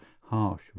harsh